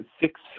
six